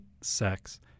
sex